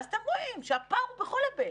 ואז אתם רואים שהפער הוא בכל היבט.